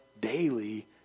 daily